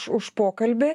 už pokalbį